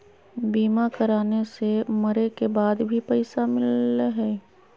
बीमा कराने से मरे के बाद भी पईसा मिलहई?